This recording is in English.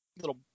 little